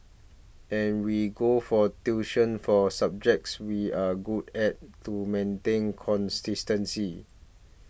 and we go for tuition for subjects we are good at to maintain consistency